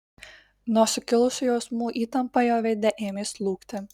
nuo sukilusių jausmų įtampa jo veide ėmė slūgti